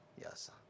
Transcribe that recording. yes